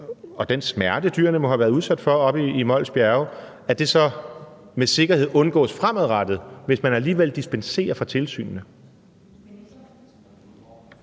og den smerte, dyrene må have været udsat for oppe i Mols Bjerge, med sikkerhed undgås fremadrettet, hvis man alligevel dispenserer fra tilsynene?